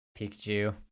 Pikachu